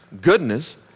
goodness